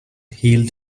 healed